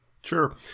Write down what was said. Sure